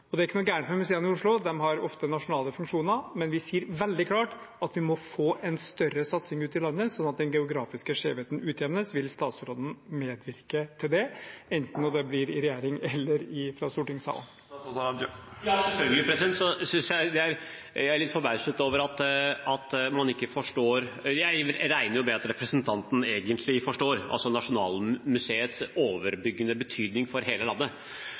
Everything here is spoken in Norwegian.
Det er ikke noe galt med museene i Oslo. De har ofte nasjonale funksjoner, men vi sier veldig klart at vi må få en større satsing ute i landet, slik at den geografiske skjevheten utjevnes. Vil statsråden medvirke til det, enten det blir i regjering eller fra stortingssalen? Selvfølgelig, og jeg er litt forbauset, for jeg regner jo med at representanten egentlig forstår Nasjonalmuseets overbyggende betydning for hele landet.